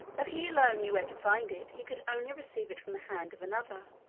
though he alone knew where to find it, he could only receive it from the hand of another.